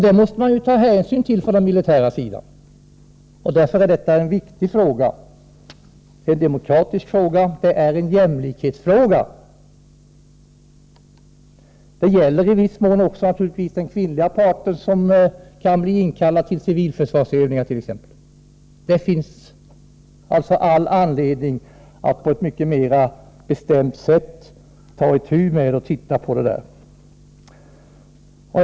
Därför är detta en viktig angelägenhet — både en demokratifråga och en jämlikhetsfråga. Det gäller naturligtvis i viss mån också den kvinnliga parten, som t.ex. kan bli inkallad till civilförsvarsövningar. Det finns alltså all anledning att på ett mycket mera bestämt sätt ta upp och ta itu med dessa frågor.